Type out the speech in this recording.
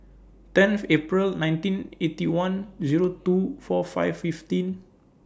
tenth April nineteen Eighty One Zero two four five fifteen